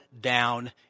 down